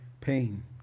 pain